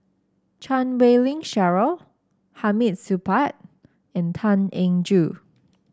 Chan Wei Ling Cheryl Hamid Supaat and Tan Eng Joo